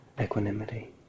equanimity